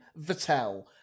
Vettel